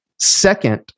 Second